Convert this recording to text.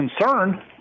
concern